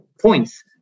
points